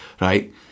right